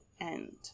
end